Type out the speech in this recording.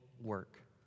work